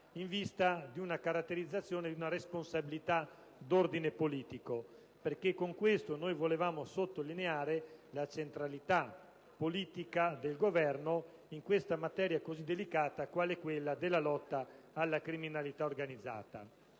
in vista di una caratterizzazione e di una responsabilità di ordine politico. Con questo, infatti, volevamo sottolineare la centralità politica del Governo in una materia delicata quale è quella della lotta alla criminalità organizzata.